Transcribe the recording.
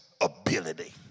ability